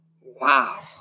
Wow